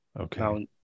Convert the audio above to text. Okay